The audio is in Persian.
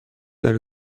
داری